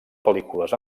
pel·lícules